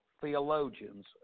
theologians